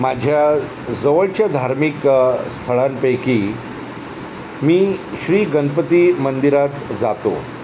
माझ्या जवळच्या धार्मिक स्थळांपैकी मी श्री गणपती मंदिरात जातो